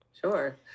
Sure